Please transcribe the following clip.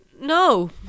No